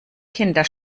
kinder